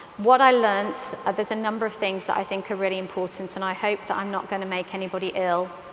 what i learned there, is a number of things that i think are really important, and i hope that i'm not going to make anybody ill.